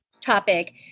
topic